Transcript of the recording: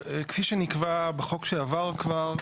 כפי שנקבע בחוק שעבר כבר,